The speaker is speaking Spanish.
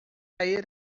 caer